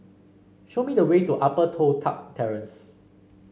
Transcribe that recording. show me the way to Upper Toh Tuck Terrace